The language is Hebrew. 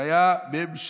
זה היה ממשלה.